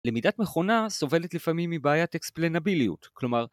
‫למידת מכונה סובלת לפעמים ‫מבעיית אקספלנביליות, כלומר...